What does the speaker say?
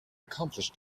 accomplish